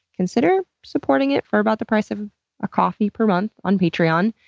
consider supporting it for about the price of a coffee per month on patreon.